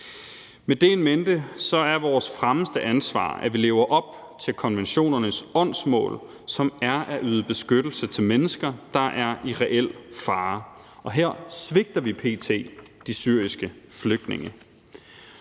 Med det in mente er vores fremmeste ansvar, at vi lever op til konventionernes åndsmål, som er at yde beskyttelse til mennesker, der er i reel fare. Her svigter vi p.t. de syriske flygtninge.